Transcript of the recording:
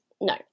No